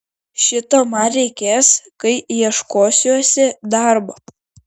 šito man reikės kai ieškosiuosi darbo